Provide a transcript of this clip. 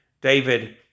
David